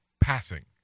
passing